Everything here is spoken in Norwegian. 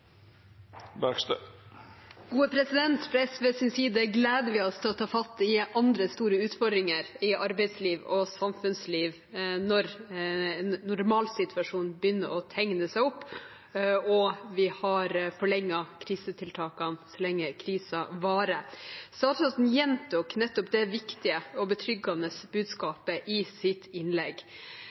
Fra SVs side gleder vi oss til å ta fatt på andre store utfordringer i arbeidslivet og samfunnslivet når normalsituasjonen begynner å tegne seg opp, og vi har forlenget krisetiltakene så lenge krisen varer. Statsråden gjentok nettopp det viktige og betryggende budskapet i sitt innlegg.